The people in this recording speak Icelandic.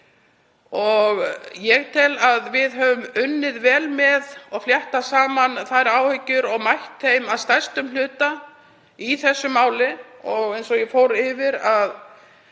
Ég tel að við höfum unnið vel með þær áhyggjur og mætt þeim að stærstum hluta í þessu máli. Og eins og ég fór yfir